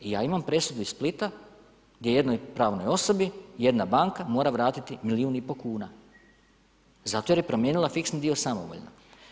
I ja imam presudu iz Splita gdje jednoj pravnoj osobi jedna banka mora vratiti milijun i pol kuna zato jer je promijenila fiksni dio samovoljno.